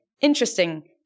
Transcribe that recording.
interesting